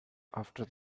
after